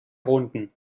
runden